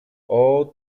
ooo